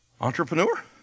entrepreneur